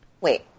Wait